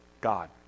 God